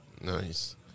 Nice